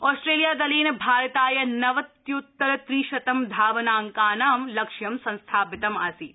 Australia दलेन भारताय नवत्यूत्तर त्रिशतं धावनाङ्कानां लक्ष्यं संस्थापितम् आसीत्